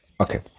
Okay